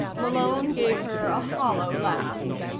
malone gave her a hollow laugh.